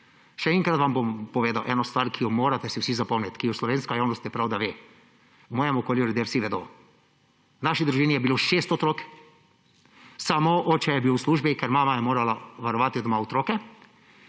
Še enkrat vam bom povedal eno stvar, ki si jo morate vsi zapomniti, ker je prav, da jo slovenska javnost ve. V mojem okolju ljudje vsi vedo. V naši družini je bilo šest otrok, samo oče je bil v službi, ker mama je morala varovati doma otroke.